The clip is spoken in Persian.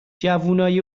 جوونای